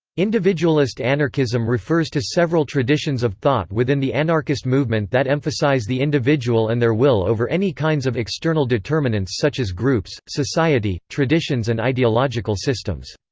individualist anarchism refers to several traditions of thought within the anarchist movement that emphasise the individual and their will over any kinds of external determinants such as groups, society, traditions and ideological systems.